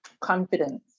Confidence